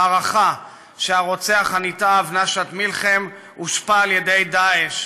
הערכה שהרוצח הנתעב נשאת מלחם הושפע מדאעש"